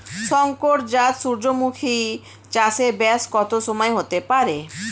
শংকর জাত সূর্যমুখী চাসে ব্যাস কত সময় হতে পারে?